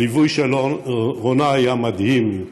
הליווי של רונה היה מדהים.